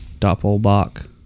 Doppelbach